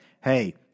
hey